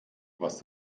was